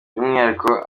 by’umwihariko